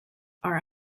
are